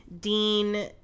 Dean